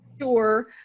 sure